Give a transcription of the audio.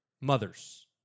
mothers